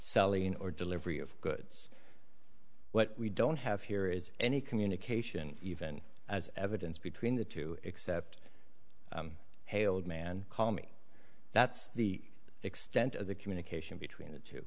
selling or delivery of goods what we don't have here is any communication even as evidence between the two except haled man call me that's the extent of the communication between the two